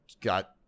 got